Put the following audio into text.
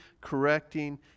correcting